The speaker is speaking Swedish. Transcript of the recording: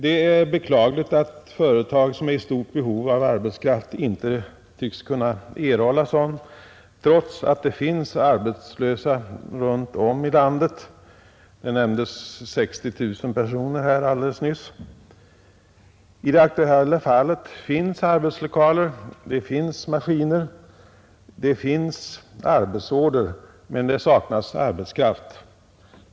Det är beklagligt att företag som är i stort behov av arbetskraft inte tycks kunna erhålla sådan trots att det finns arbetslösa runt om i landet — alldeles nyss nämndes siffran 60 000 personer. I det aktuella fallet finns det arbetslokaler, det finns maskiner, det finns arbetsorder, men det saknas arbetskraft.